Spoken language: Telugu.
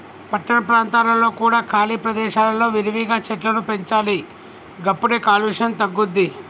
పట్టణ ప్రాంతాలలో కూడా ఖాళీ ప్రదేశాలలో విరివిగా చెట్లను పెంచాలి గప్పుడే కాలుష్యం తగ్గుద్ది